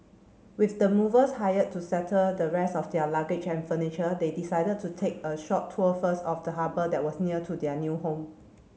with the movers hired to settle the rest of their luggage and furniture they decided to take a short tour first of the harbour that was near to their new home